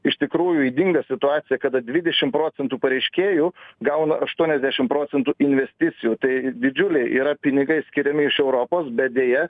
iš tikrųjų ydingą situaciją kada dvidešim procentų pareiškėjų gauna aštuoniasdešim procentų investicijų tai didžiuliai yra pinigai skiriami iš europos bet deja